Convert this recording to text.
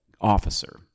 officer